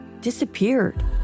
disappeared